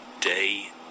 day